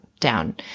down